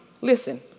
Listen